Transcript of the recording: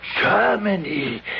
Germany